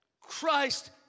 Christ